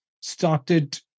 started